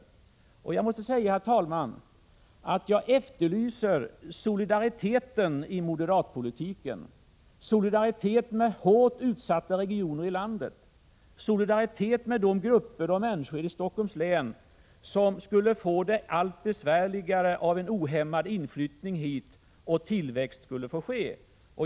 Jag måste säga att jag efterlyser solidariteten i moderatpolitiken, solidariteten med hårt utsatta regioner i landet, solidariteten med de grupper av människor i Stockholms län som skulle få det allt besvärligare om en ohämmad inflyttning hit och tillväxt skulle få ske.